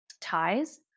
ties